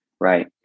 right